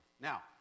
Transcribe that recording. Now